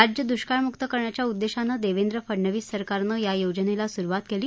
राज्य दुष्काळमुक्त करण्याच्या उद्देशानं देवेंद्र फडणवीस सरकारनं या योजनेला सुरुवात केली